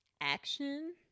action